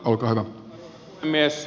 arvoisa puhemies